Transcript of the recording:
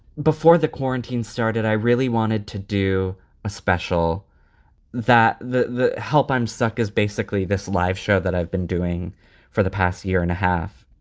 before the quarantine started, i really wanted to do a special that the the help i'm stuck is basically this live show that i've been doing for the past year and a half.